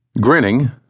Grinning